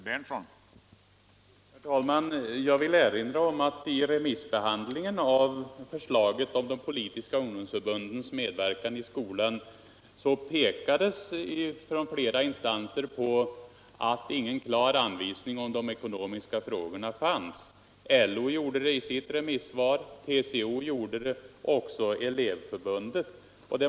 Herr talman! Jag vill erinra om att vid remissbehandlingen av förslaget om de politiska ungdomsförbundens medverkan i skolan pekade flera remissinstanser på att ingen klar anvisning om de ekonomiska frågorna fanns. LO gjorde det i sitt remissvar, TCO gjorde det och även Elevförbundet.